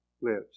lives